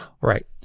right